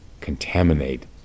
contaminate